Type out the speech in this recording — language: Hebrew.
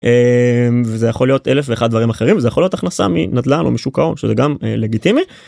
וזה יכול להיות אלף ואחת דברים אחרים זה יכול להיות הכנסה מנדלן או משוק ההון שזה גם לגיטימי.